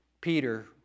Peter